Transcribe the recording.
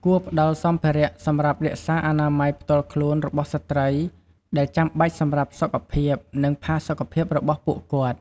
គួរផ្ដល់សម្ភារៈសម្រាប់រក្សាអនាម័យផ្ទាល់ខ្លួនរបស់ស្ត្រី ដែលចាំបាច់សម្រាប់សុខភាព និងផាសុកភាពរបស់ពួកគាត់។